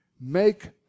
make